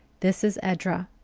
this is edra,